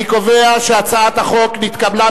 אני קובע שהצעת החוק נתקבלה,